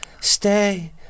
Stay